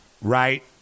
Right